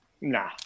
Nah